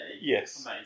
Yes